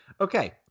Okay